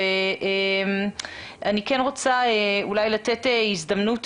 אני רוצה לתת הזדמנות